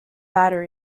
battery